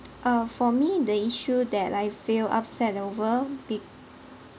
uh for me the issue that I feel upset over be